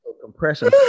Compression